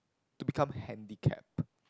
to become handicapped